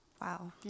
Wow